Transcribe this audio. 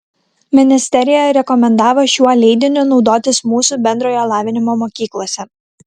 ministerija rekomendavo šiuo leidiniu naudotis mūsų bendrojo lavinimo mokyklose